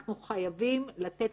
אנחנו חייבים לתת